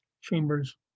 chambers